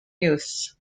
youths